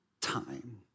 time